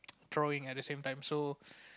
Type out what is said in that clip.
drawing at the same time so